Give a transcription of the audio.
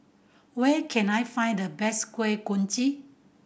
where can I find the best Kuih Kochi